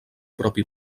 propi